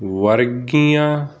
ਵਰਗੀਆਂ